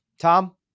Tom